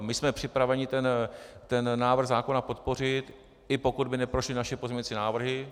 My jsme připraveni ten návrh zákona podpořit, i pokud by neprošly naše pozměňovací návrhy.